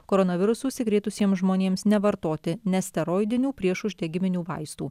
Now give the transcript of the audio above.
koronavirusu užsikrėtusiems žmonėms nevartoti nesteroidinių priešuždegiminių vaistų